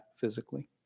physically